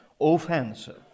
offensive